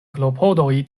klopodoj